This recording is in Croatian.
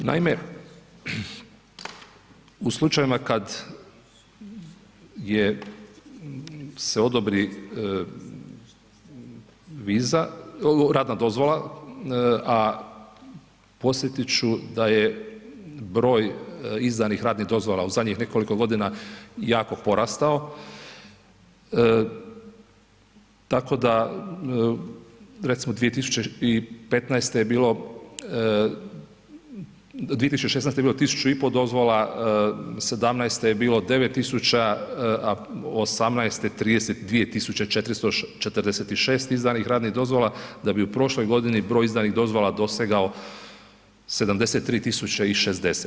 Naime, u slučajevima kad je se odobri viza, radna dozvola, a podsjetit ću da je broj izdanih radnih dozvola u zadnjih nekoliko godina jako porastao, tako da, recimo 2015. je bilo, 2016. je bilo 1 500 dozvola, '17. je bilo 9 tisuća, a '18. 32 446 izdanih radnih dozvola, da bi u prošloj godini broj izdanih dozvola dosegao 73 060.